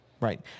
Right